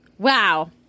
Wow